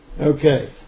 Okay